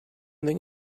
think